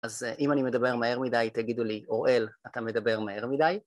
אז אם אני מדבר מהר מדי תגידו לי, אוראל אתה מדבר מהר מדי?